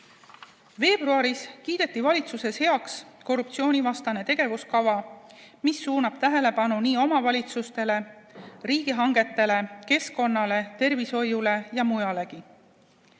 Veebruaris kiideti valitsuses heaks korruptsioonivastane tegevuskava, mis suunab tähelepanu omavalitsustele, riigihangetele, keskkonnale, tervishoiule ja mujalegi.